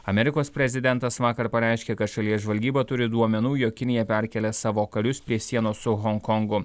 amerikos prezidentas vakar pareiškė kad šalies žvalgyba turi duomenų jog kinija perkelia savo karius prie sienos su honkongu